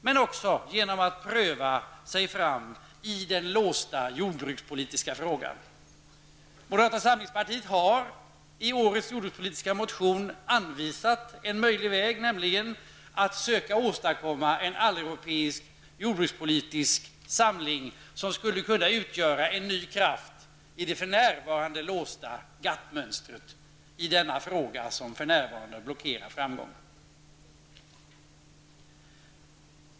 Men Sverige kan även bidra genom att pröva sig fram i den låsta jordbrukspolitiska frågan. Moderata samlingspartiet har i årets jordbrukspolitiska motion anvisat en möjlig väg, nämligen att söka åstadkomma en alleuropeisk jordbrukspolitisk samling som skulle kunna utgöra en ny kraft i det för närvarande låsta GATT mönstret i denna fråga. Detta blockerar för närvarande framgången.